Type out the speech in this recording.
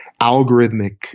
algorithmic